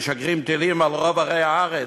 משגרים טילים אל רוב ערי הארץ,